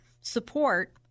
support